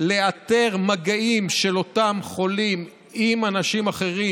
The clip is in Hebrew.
לאתר מגעים של אותם חולים עם אנשים אחרים